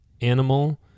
animal